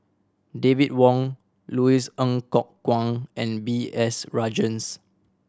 David Wong Louis Ng Kok Kwang and B S Rajhans